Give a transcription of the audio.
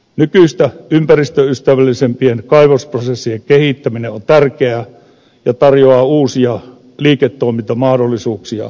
nykyistä ympäristöystävällisempien kaivosprosessien kehittäminen on tärkeää ja tarjoaa uusia liiketoimintamahdollisuuksia suomalaisille yrityksille